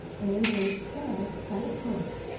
and when it fell, got upon it.